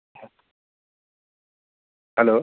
hello